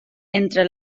entre